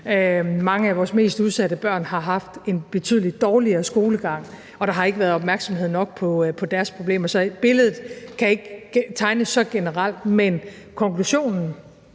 Mange af vores mest udsatte børn har haft en betydelig dårligere skolegang, og der har ikke været opmærksomhed nok på deres problemer. Så billedet kan ikke tegnes så generelt, men konklusionen